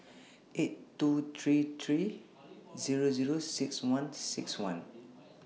eight two three three Zero Zero six one six one